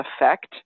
effect